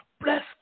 Bless